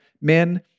men